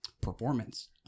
performance